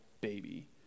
baby